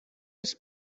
his